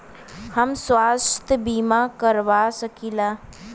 हम स्वास्थ्य बीमा करवा सकी ला?